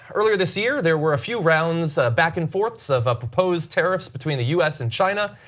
earlier this year there were a few rounds back and forth of proposed tariffs between the u s. and china,